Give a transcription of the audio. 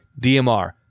DMR